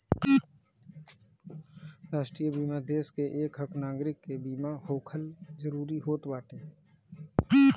राष्ट्रीय बीमा देस के एकहक नागरीक के बीमा होखल जरूरी होत बाटे